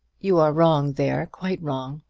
you are wrong there quite wrong.